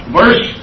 verse